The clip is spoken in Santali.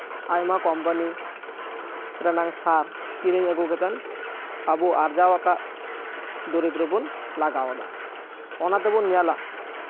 ᱟᱭᱢᱟ ᱠᱳᱢᱯᱟᱱᱤ ᱨᱮᱱᱟᱝ ᱥᱟᱨ ᱠᱤᱨᱤᱧ ᱟᱹᱜᱩ ᱠᱟᱛᱮᱱ ᱟᱵᱚ ᱟᱨᱡᱟᱣ ᱟᱠᱟᱫ ᱫᱩᱨᱤᱵᱽ ᱨᱮᱵᱚᱱ ᱞᱟᱜᱟᱣᱫᱟ ᱚᱱᱟ ᱛᱮᱵᱚᱱ ᱧᱮᱞᱟ